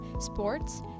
sports